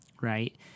right